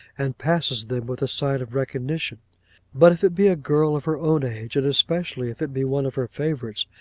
and passes them with a sign of recognition but if it be a girl of her own age, and especially if it be one of her favourites,